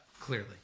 Clearly